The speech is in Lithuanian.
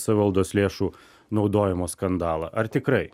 savivaldos lėšų naudojimo skandalą ar tikrai